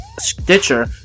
Stitcher